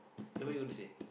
eh what you going to say